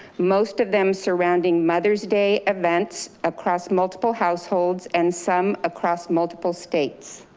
most of them surrounding mother's day events across multiple households and some across multiple states.